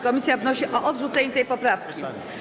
Komisja wnosi o odrzucenie tej poprawki.